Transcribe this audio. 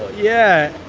yeah.